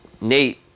Nate